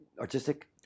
artistic